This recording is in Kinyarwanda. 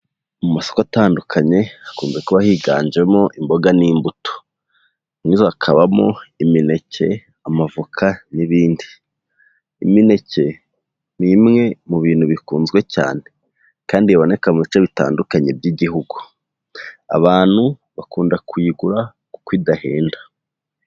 Mu masoko atandukanye hakunze kuba higanjemo imboga n'imbuto, muri izo hakabamo imineke, amavoka n'ibindi, imineke n'imwe mu bintu bikunzwe cyane kandi biboneka mu bice bitandukanye by'igihugu, abantu bakunda kuyigura kuko idahenda.